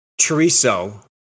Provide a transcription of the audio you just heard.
Chorizo